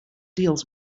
deals